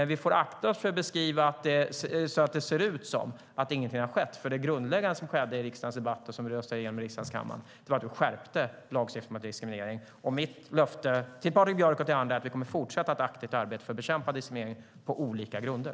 Vi får akta oss för att beskriva det som att ingenting har skett, för det grundläggande som skedde i riksdagens debatt och som vi röstade igenom i riksdagens kammare var att vi skärpte lagstiftningen mot diskriminering. Mitt löfte till Patrik Björck och till andra är att vi kommer att fortsätta att aktivt arbeta för att bekämpa diskriminering på olika grunder.